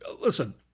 listen